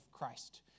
Christ